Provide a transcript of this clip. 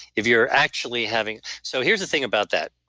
if you're actually having. so here's the thing about that,